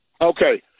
Okay